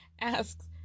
asks